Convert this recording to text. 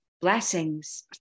Blessings